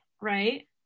right